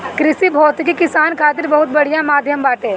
कृषि भौतिकी किसानन खातिर बहुत बढ़िया माध्यम बाटे